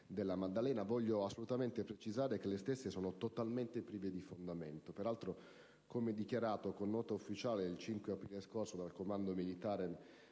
della Maddalena, ci tengo assolutamente a precisare che le stesse sono totalmente prive di fondamento, come peraltro dichiarato con nota ufficiale del 5 aprile scorso dal Comando militare